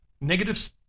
Negative